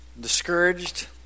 discouraged